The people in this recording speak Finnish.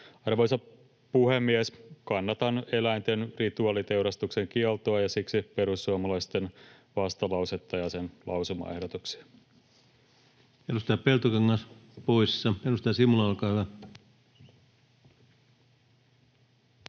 Arvoisa puhemies! Kannatan eläinten rituaaliteurastuksen kieltoa ja siksi perussuomalaisten vastalausetta ja sen lausumaehdotuksia. Edustaja Peltokangas poissa. — Edustaja Simula, olkaa hyvä.